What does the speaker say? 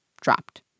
dropped